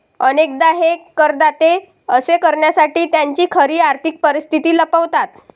अनेकदा हे करदाते असे करण्यासाठी त्यांची खरी आर्थिक परिस्थिती लपवतात